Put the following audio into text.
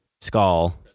Skull